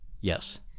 Yes